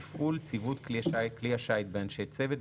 "תפעול" ציוות כלי השיט באנשי צוות,